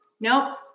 Nope